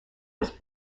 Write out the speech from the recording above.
was